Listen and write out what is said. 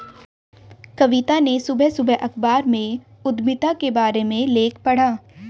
कविता ने सुबह सुबह अखबार में उधमिता के बारे में लेख पढ़ा